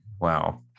Wow